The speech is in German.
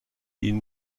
ihnen